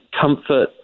comfort